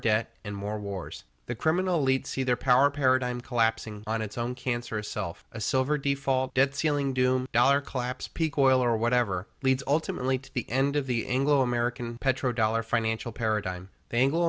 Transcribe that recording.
debt and more wars the criminal leads see their power paradigm collapsing on its own cancerous self a silver default debt ceiling doom dollar collapse peak oil or whatever leads ultimately to the end of the anglo american petro dollar financial paradigm